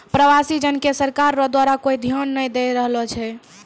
प्रवासी जन के सरकार रो द्वारा कोय ध्यान नै दैय रहलो छै